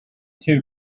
too